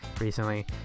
recently